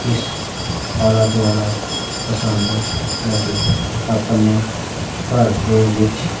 ਇਸ ਆਲਾ ਦੁਆਲਾ ਪਸੰਦ ਲੱਗੇ ਆਪਣੇ ਘਰ ਦੇ ਵਿੱਚ